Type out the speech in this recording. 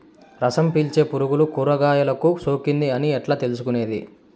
రసం పీల్చే పులుగులు కూరగాయలు కు సోకింది అని ఎట్లా తెలుసుకునేది?